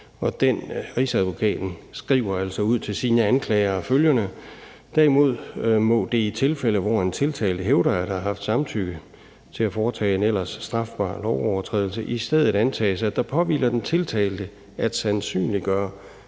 Og Rigsadvokaten skriver altså følgende ud til sine anklagere: »Derimod må det i tilfælde, hvor en tiltalt hævder at have haft samtykke til at foretage en ellers strafbar lovovertrædelse, i stedet antages, at der påhviler den tiltalte at sandsynliggøre,